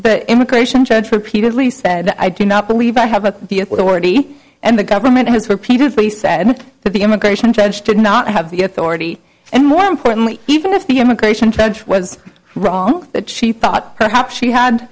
the immigration judge repeatedly said i do not believe i have a the authority and the government has repeatedly said that the immigration judge did not have the authority and more importantly even if the immigration judge was wrong that she thought perhaps she had